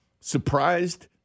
surprised